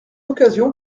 occasion